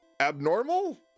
abnormal